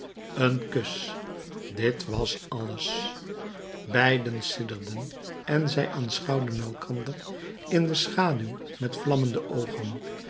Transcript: een kus dit was alles beiden sidderden en zij aanschouwden elkander in de schaduw met vlammende oogen